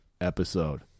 episode